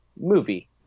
movie